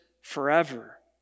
forever